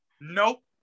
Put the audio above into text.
nope